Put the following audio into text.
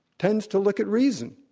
tends to look at reason.